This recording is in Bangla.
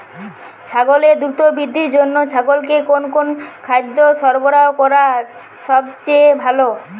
ছাগলের দ্রুত বৃদ্ধির জন্য ছাগলকে কোন কোন খাদ্য সরবরাহ করা সবচেয়ে ভালো?